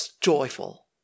joyful